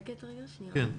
לא.